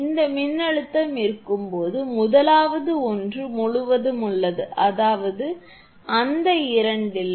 இந்த மின்னழுத்தம் இருக்கும்போது முதலாவது ஒன்று முழுவதும் உள்ளது அதாவது இந்த இரண்டிலும்